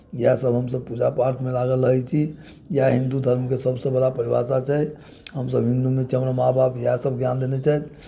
इएहसभ हमसभ पूजा पाठमे लागल रहै छी इएह हिन्दू धर्मके सभसँ बड़ा परिभाषा छै हमसभ हिन्दू छी माँ बाप इएहसभ ज्ञान देने छथि